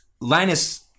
Linus